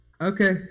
Okay